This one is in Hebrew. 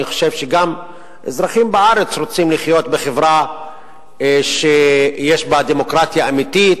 אני חושב שגם אזרחים בארץ רוצים לחיות בחברה שיש בה דמוקרטיה אמיתית,